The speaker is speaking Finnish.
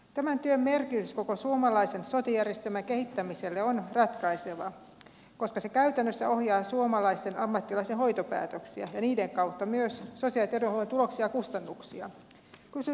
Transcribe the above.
tämän työn merkitys koko suomalaisen sote järjestelmän kehittämiselle on ratkaiseva koska se käytännössä ohjaa suomalaisten ammattilaisten hoitopäätöksiä ja niiden kautta myös sosiaali ja terveydenhuollon tuloksia ja kustannuksia